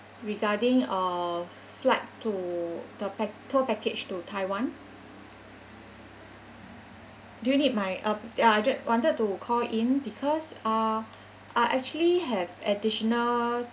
regarding a flight to the pack~ tour package to taiwan do you need my um uh ju~ wanted to call in because uh I actually have additional